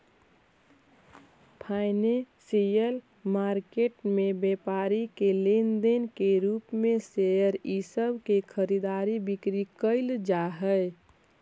financial market में व्यापारी के लेन देन के रूप में शेयर इ सब के खरीद बिक्री कैइल जा हई